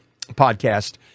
podcast